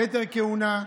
כתר כהונה,